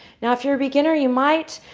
now, if you're a beginner, you might